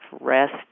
rest